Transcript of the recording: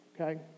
okay